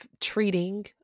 treating